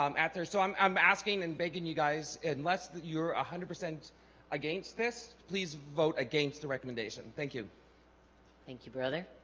um after so i'm um asking and begging you guys unless you're a hundred percent against this please vote against the recommendation thank you thank you brother